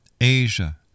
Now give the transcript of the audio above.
Asia